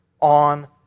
on